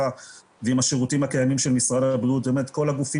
כל זה